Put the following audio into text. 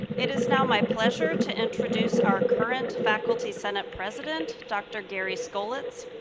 it is now my pleasure to introduce our current faculty-senate president, dr. gary skolits.